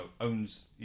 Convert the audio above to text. owns